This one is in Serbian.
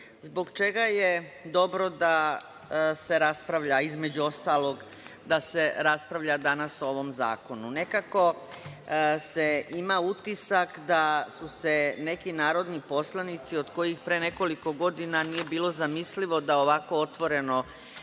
zbog čega je dobro da se raspravlja između ostalog, da se raspravlja danas o ovom zakonu? Nekako se ima utisak da su se neki narodni poslanici, od kojih pre nekoliko godina nije bilo zamislivo da ovako otvoreno